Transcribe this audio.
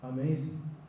Amazing